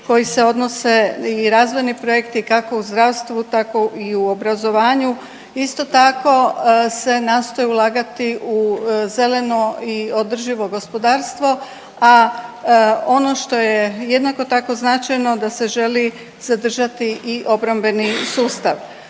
koji se odnose i razvojni projekti kako u zdravstvu, tako i u obrazovanju. Isto tako se nastoji ulagati u zeleno i održivo gospodarstvo. A ono što je jednako tako značajno da se želi zadržati i obrambeni sustav.